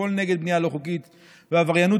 לפעול נגד בנייה לא חוקית ועבריינות